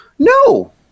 No